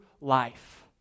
life